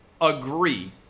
agree